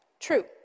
True